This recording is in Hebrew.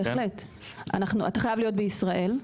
אתה חייב להיות בישראל,